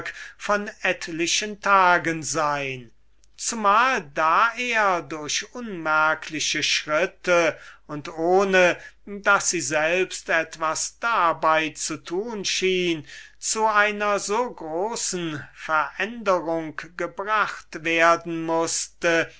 von etlichen tagen sein und um so viel weniger da er durch unmerkliche schritte und ohne daß sie selbst etwas dabei zu tun schien zu einer so großen veränderung gebracht werden mußte